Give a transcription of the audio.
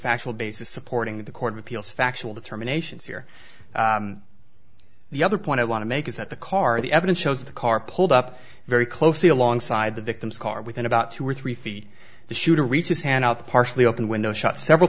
factual basis supporting the court of appeals factual determinations here the other point i want to make is that the car the evidence shows the car pulled up very closely alongside the victim's car within about two or three feet the shooter reach his hand out the partially open window shot several